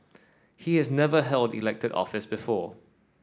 he has never held elected office before